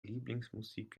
lieblingsmusik